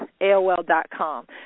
AOL.com